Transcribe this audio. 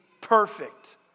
perfect